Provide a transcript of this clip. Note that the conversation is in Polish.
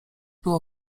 było